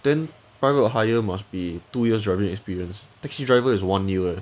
then private hire must be two years driving experience taxi driver is one year eh